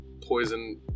poison